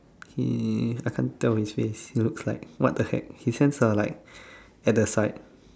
he's I cant tell his face he looks like what the heck his hands are like at the side